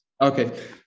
Okay